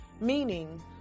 Meaning